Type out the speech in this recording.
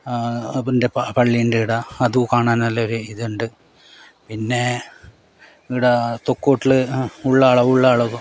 അതിൻ്റെ പള്ളീണ്ടിട അതു കാണാൻ നല്ലോരു ഇതുണ്ട് പിന്നെ ഈട തൊക്കൂട്ടിൽ ഉള്ളവ് ഉള്ള അളവ്തു